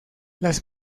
las